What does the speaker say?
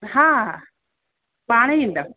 हा पाणि ईंदमि